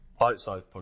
outside